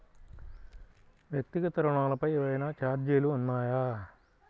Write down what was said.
వ్యక్తిగత ఋణాలపై ఏవైనా ఛార్జీలు ఉన్నాయా?